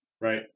right